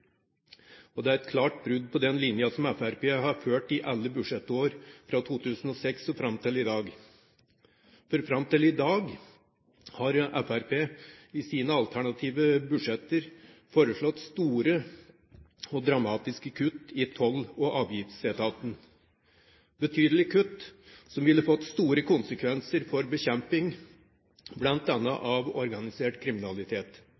og det er et klart brudd på den linjen som Fremskrittspartiet har ført i alle budsjettår fra 2006 og fram til i dag. Fram til i dag har Fremskrittspartiet i sine alternative budsjetter foreslått store og dramatiske kutt i Toll- og avgiftsetaten – betydelige kutt som ville ha fått store konsekvenser for bekjemping av bl.a. organisert kriminalitet.